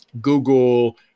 Google